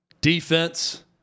Defense